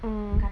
mm